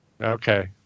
Okay